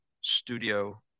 studio